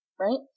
right